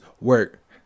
work